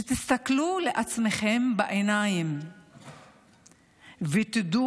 שתסתכלו לעצמכם בעיניים ותדעו